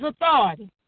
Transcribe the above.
authority